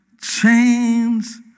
chains